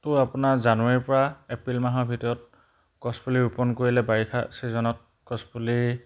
টো আপোনাৰ জানুৱাৰীৰপৰা এপ্ৰিল মাহৰ ভিতৰত গছপুলি ৰোপণ কৰিলে বাৰিষা ছিজনত গছপুলি